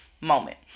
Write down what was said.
moment